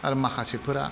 माखासेफोरा